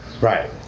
right